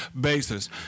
basis